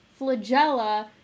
flagella